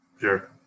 Sure